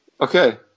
Okay